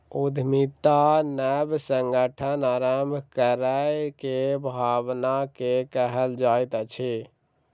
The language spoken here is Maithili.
उद्यमिता नब संगठन आरम्भ करै के भावना के कहल जाइत अछि